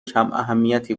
کماهمیتی